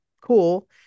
cool